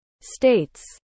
States